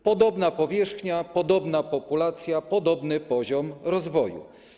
Podobna powierzchnia, podobna populacja, podobny poziom rozwoju.